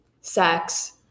sex